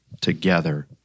together